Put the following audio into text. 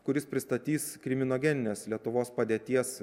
kuris pristatys kriminogeninės lietuvos padėties